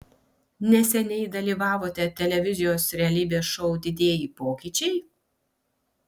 neseniai dalyvavote televizijos realybės šou didieji pokyčiai